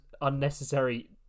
unnecessary